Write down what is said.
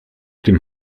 dem